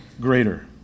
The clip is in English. greater